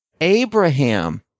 Abraham